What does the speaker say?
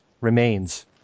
remains